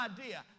idea